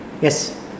Yes